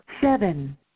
seven